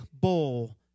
bowl